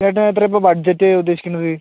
ചേട്ടനെത്രയാണ് ഇപ്പോൾ ബഡ്ജറ്റ് ഉദ്ദേശിക്കുന്നത്